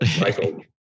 Michael